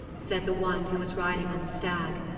said the one who was riding on the stag.